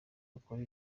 bakora